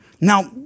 Now